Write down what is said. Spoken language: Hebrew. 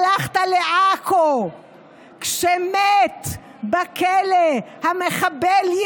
הלכת לעכו כשמת בכלא מחבל,